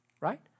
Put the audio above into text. right